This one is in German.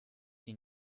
die